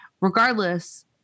Regardless